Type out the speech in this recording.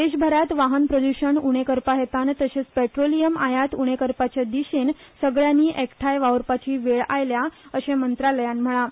देशभरात वाहन प्रद्षण उणे करपाहेतान तशेच पेट्रोलियम आयात उणे करपाच्या दिशेन सगळ्यानी एकठाय वावुरपाची वेळ आयल्या अशे मंत्रालयान म्हळा